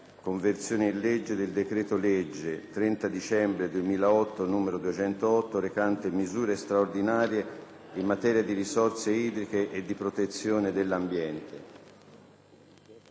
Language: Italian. con modificazioni, del decreto-legge 30 dicembre 2008, n. 208, recante misure straordinarie in materia di risorse idriche e di protezione dell'ambiente»,